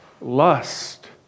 lust